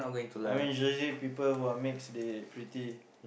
I mean usually people who are mix they pretty